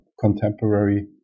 contemporary